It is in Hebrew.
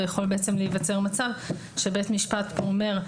אבל יכול בעצם להיווצר מצב שבית משפט פה אומר,